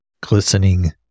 glistening